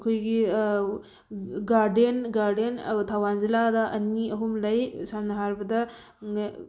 ꯑꯩꯈꯣꯏꯒꯤ garden garden ꯊꯧꯕꯥꯜ ꯖꯤꯂꯥꯗ ꯑꯅꯤ ꯑꯍꯨꯝ ꯂꯩ ꯁꯝꯅ ꯍꯥꯏꯔꯕꯗ